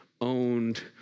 owned